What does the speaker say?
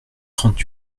trente